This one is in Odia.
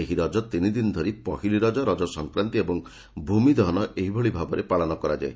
ଏହି ରଜ ତିନିଦିନ ଧରି ପହିଲି ରଜ ରଜ ସଂକ୍ରାନ୍ତି ଏବଂ ଭୂମି ଦହନ ଏହି ଭଳି ଭାବରେ ପାଳନ କରାଯାଏ